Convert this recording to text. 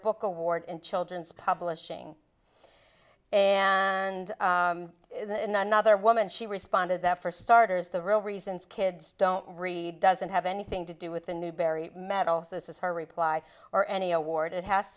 book award in children's publishing and in another woman she responded that for starters the real reasons kids don't read doesn't have anything to do with the newbery medal if this is her reply or any award it has